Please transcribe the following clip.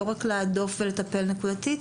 לא רק להדוף ולטפל נקודתית,